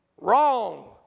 Wrong